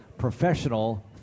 Professional